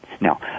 Now